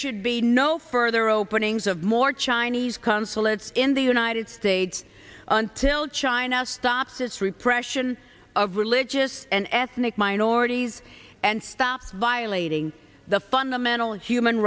should be no further openings of more chinese consulates in the united states until china stops this repression in a religious and ethnic minorities and stop violating the fundamental